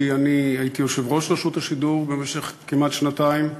כי אני הייתי יושב-ראש רשות השידור במשך כמעט שנתיים,